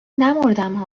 نمـردم